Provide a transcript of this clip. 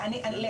לא,